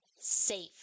safe